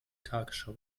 tagesschau